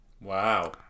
Wow